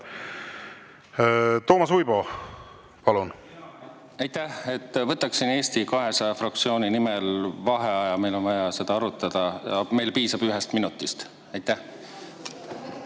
Toomas Uibo, palun! Aitäh! Võtaksin Eesti 200 fraktsiooni nimel vaheaja. Meil on vaja seda arutada, aga meile piisab ühest minutist. Aitäh!